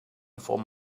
before